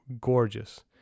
gorgeous